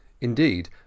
Indeed